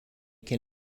can